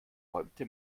räumte